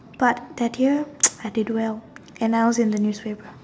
but that day I did well and I was in the newspaper